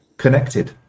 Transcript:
Connected